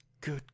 Good